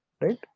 right